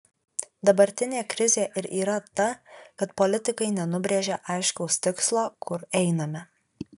dabartinė krizė ir yra ta kad politikai nenubrėžia aiškaus tikslo kur einame